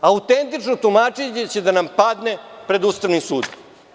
Autentično tumačenje će da nam padne pred Ustavnim sudom.